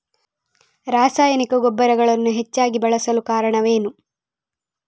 ರಾಸಾಯನಿಕ ಗೊಬ್ಬರಗಳನ್ನು ಹೆಚ್ಚಾಗಿ ಬಳಸಲು ಕಾರಣವೇನು?